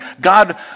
God